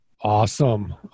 awesome